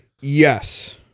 Yes